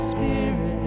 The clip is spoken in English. Spirit